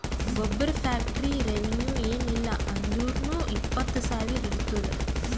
ಗೊಬ್ಬರ factory revenue ಏನ್ ಇಲ್ಲ ಅಂದುರ್ನೂ ಇಪ್ಪತ್ತ್ ಸಾವಿರ ಇರ್ತುದ್